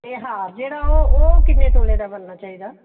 ਅਤੇ ਹਾਰ ਜਿਹੜਾ ਉਹ ਉਹ ਕਿੰਨੇ ਤੋਲੇ ਦਾ ਬਣਨਾ ਚਾਹੀਦਾ